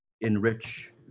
enrich